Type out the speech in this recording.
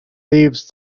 leaves